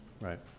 right